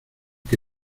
que